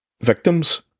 victims